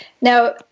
now